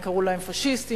"פאשיסטים",